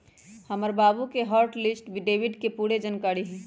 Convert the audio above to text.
हमर बाबु के हॉट लिस्ट डेबिट के पूरे जनकारी हइ